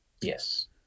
Yes